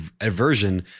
aversion